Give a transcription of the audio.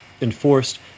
enforced